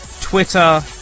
Twitter